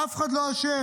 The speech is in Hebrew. אף אחד לא אשם.